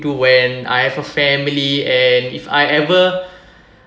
when I have a family and if I ever